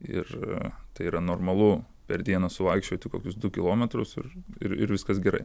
ir tai yra normalu per dieną suvaikščioti kokius du kilometrus ir ir ir viskas gerai